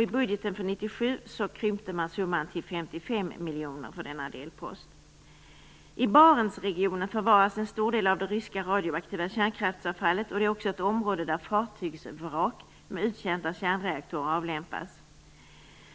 I budgeten för 1997 krympte man summan till I Barentsregionen förvaras en stor del av det ryska radioaktiva kärnkraftsavfallet, och det är också ett område där fartygsvrak med uttjänta kärnreaktorer avlämpas.